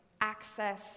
access